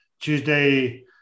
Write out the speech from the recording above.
Tuesday